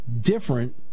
different